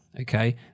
okay